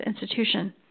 institution